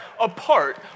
apart